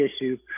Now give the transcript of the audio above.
issue